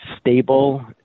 stable